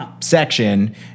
section